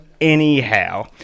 anyhow